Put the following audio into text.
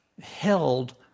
held